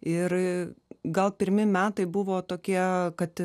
ir gal pirmi metai buvo tokie kad